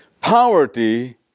poverty